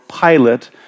Pilate